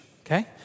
okay